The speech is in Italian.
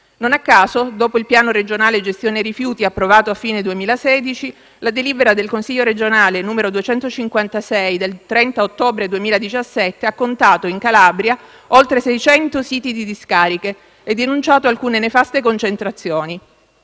Non a caso, dopo il Piano regionale gestione rifiuti approvato a fine 2016, la delibera del Consiglio regionale n. 256 del 30 ottobre 2017 ha contato in Calabria oltre 600 siti di discariche e denunciato alcune nefaste concentrazioni.